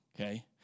Okay